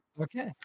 Okay